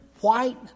white